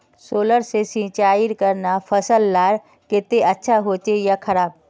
Solar से सिंचाई करना फसल लार केते अच्छा होचे या खराब?